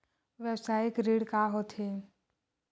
व्यवसायिक ऋण का होथे?